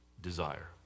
desire